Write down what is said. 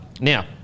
Now